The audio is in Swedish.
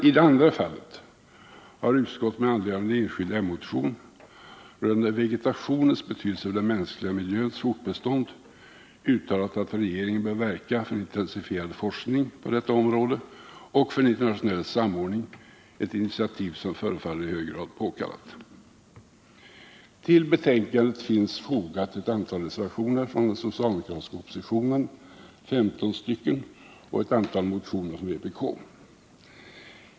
I det andra fallet har utskottet med anledning av en enskild m-motion rörande vegetationens betydelse för den mänskliga miljöns fortbestånd uttalat, att regeringen bör verka för en intensifierad forskning på detta område och för en internationell samordning — ett initiativ som förefaller i hög grad påkallat. Till betänkandet finns fogade ett antal reservationer från den socialdemokratiska oppositionen, närmare bestämt 15 stycken, och i betänkandet har bl.a. behandlats ett antal motioner från vpk.